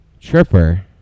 Tripper